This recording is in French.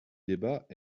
débat